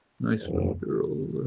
nice little girl,